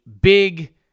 big